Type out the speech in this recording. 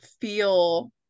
feel